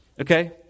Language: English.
Okay